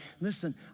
listen